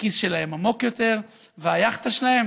הכיס שלהם עמוק יותר והיאכטה שלהם